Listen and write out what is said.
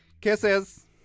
Kisses